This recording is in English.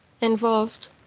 involved